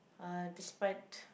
uh despite